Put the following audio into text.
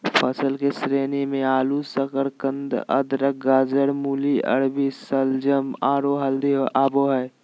फसल के श्रेणी मे आलू, शकरकंद, अदरक, गाजर, मूली, अरबी, शलजम, आरो हल्दी आबो हय